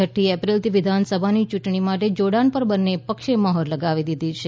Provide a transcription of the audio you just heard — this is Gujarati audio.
છઠ્ઠી એપ્રિલની વિધાનસભાની યૂંટણીઓ માટે જોડાણ પર બન્ને પક્ષે મહોર લગાવી દીધી છે